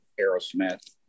aerosmith